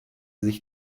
sich